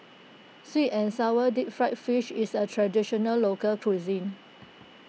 Sweet and Sour Deep Fried Fish is a Traditional Local Cuisine